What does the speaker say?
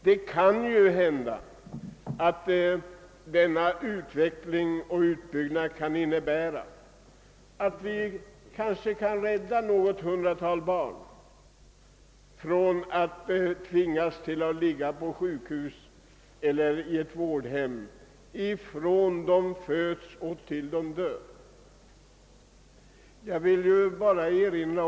— Det kan ju hända att denna utveckling och utbyggnad kan innebära att vi varje år kan rädda något hundratal barn från att tvingas ligga på sjukhus eller på ett vårdhem från födelsen till dess de dör!